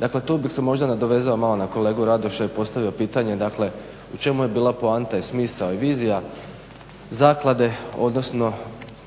dakle tu bih se možda malo nadovezao na kolegu Radoša i postavio pitanje, u čemu je bila poanta i smisao i vizija zaklade odnosno